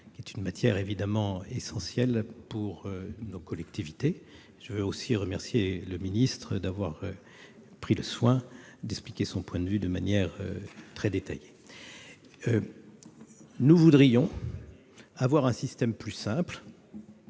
qui est évidemment essentielle pour nos collectivités. Je veux aussi remercier M. le ministre d'avoir pris le soin d'expliquer son point de vue de manière très détaillée. Nous voudrions avoir un système plus simple